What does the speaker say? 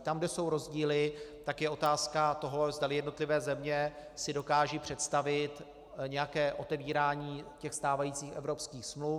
Tam, kde jsou rozdíly, tak je otázka toho, zdali jednotlivé země si dokážou představit nějaké otevírání stávajících evropských smluv.